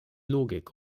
logik